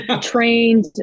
Trained